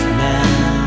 now